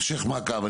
המשך מעקב.